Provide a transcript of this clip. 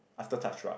after touch rug